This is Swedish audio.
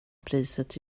priset